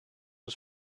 was